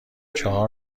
چهار